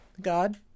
God